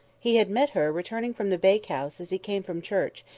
he had met her returning from the bakehouse as he came from church,